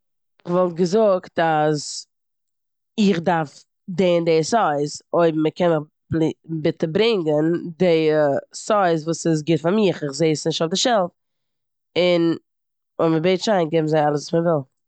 כ'וואלט געזאגט אז איך דארף די און די סייז אויב מ'קען מיך פלי- ביטע ברענגען די סייז וואס איז גוט פאר מיך. כ'זע עס נישט אויף די שעלף און אויב מ'בעט שיין גיבן זיי אלעס וואס מ'וויל.